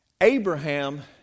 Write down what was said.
Abraham